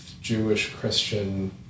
Jewish-Christian